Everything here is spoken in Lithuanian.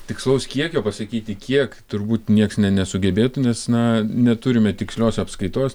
tikslaus kiekio pasakyti kiek turbūt niekas nė nesugebėtų nes na neturime tikslios apskaitos